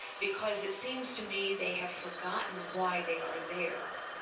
because it seems to me they have forgotten why they are there.